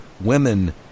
women